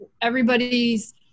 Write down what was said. everybody's